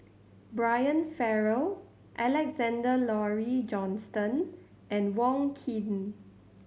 Brian Farrell Alexander Laurie Johnston and Wong Keen